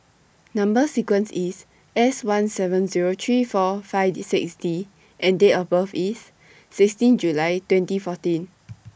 Number sequence IS S one seven Zero three four five six D and Date of birth IS sixteen July twenty fourteen